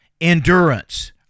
endurance